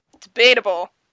Debatable